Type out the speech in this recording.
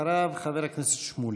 אחריו חבר הכנסת שמולי.